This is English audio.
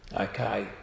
Okay